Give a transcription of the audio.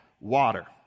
water